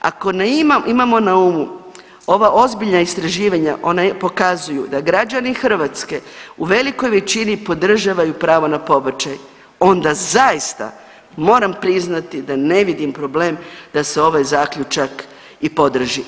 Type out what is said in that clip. Ako na, imamo na umu ova ozbiljna istraživanja ona pokazuju da građani Hrvatske u velikoj većini podržavaju pravo na pobačaj onda zaista moram priznati da ne vidim problem da se ovaj zaključak i podrži.